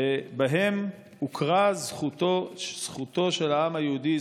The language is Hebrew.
שבהן הוכרה זכותו של העם היהודי,